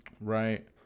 Right